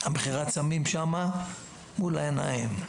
מכירת סמים שם מול העיניים.